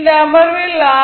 இந்த அமர்வில் ஆர்